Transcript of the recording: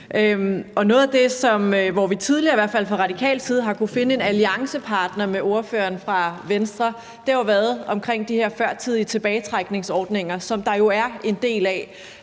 noget af det, hvor vi i hvert fald tidligere fra radikal side har kunnet finde en alliancepartner i ordføreren fra Venstre, har jo været de her førtidige tilbagetrækningsordninger, som der er en del af.